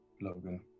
Logan